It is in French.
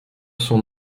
son